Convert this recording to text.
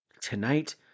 tonight